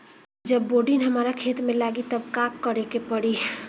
जब बोडिन हमारा खेत मे लागी तब का करे परी?